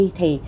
Thì